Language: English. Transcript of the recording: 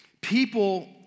people